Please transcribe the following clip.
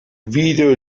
video